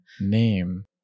name